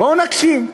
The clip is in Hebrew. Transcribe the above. בואו נקשיב.